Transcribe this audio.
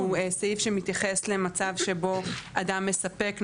שהוא סעיף שמתייחס למצב שבו אדם מספק,